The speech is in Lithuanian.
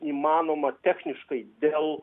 įmanoma techniškai dėl